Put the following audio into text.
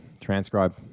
transcribe